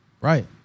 Right